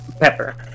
Pepper